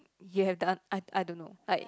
you have done I I don't know like